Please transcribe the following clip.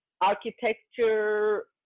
architecture